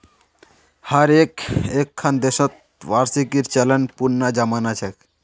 हर एक्खन देशत वार्षिकीर चलन पुनना जमाना छेक